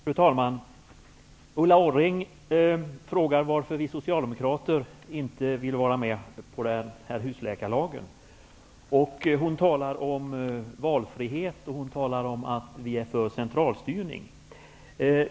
Fru talman! Ulla Orring frågar varför vi socialdemokrater inte vill vara med på att införa husläkarlagen. Hon talar om valfrihet, och hon talar om att vi är för centralstyrning.